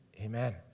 amen